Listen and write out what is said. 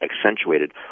accentuated